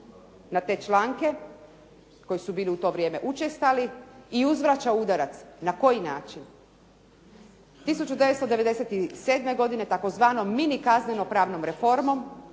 na te članke koji su bili u to vrijeme učestali i uzvraća udarac. Na koji način? 1997. godine tzv. minikazneno pravnom reformom